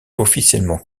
officiellement